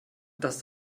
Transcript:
das